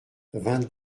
vingt